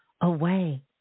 away